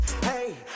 hey